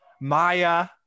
Maya